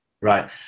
Right